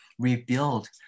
rebuild